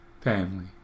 family